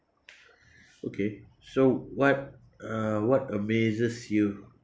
okay so what uh what amazes you